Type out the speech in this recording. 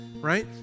right